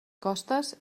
costes